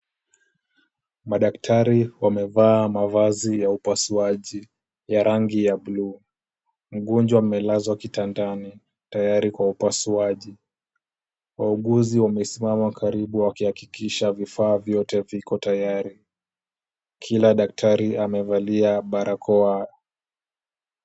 Madaktari wamevaa mavazi ya upasuaji ya rangi ya blue . Mgonjwa amelazwa kitandani tayari kwa upasuaji. Wauguzi wamesimama karibu wakihakikisha vifaa vyote viko tayari. Kila daktari amevalia barakoa.